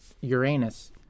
Uranus